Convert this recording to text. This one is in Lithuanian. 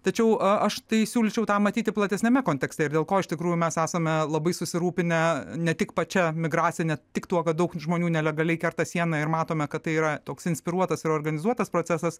tačiau aš tai siūlyčiau tą matyti platesniame kontekste ir dėl ko iš tikrųjų mes esame labai susirūpinę ne tik pačia migracija ne tik tuo kad daug žmonių nelegaliai kerta sieną ir matome kad tai yra toks inspiruotas ir organizuotas procesas